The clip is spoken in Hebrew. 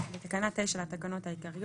תיקון תקנה 9 בתקנה 9 לתקנות העיקריות,